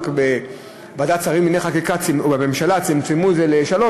רק בוועדת שרים לענייני חקיקה או בממשלה צמצמו את זה לשלוש,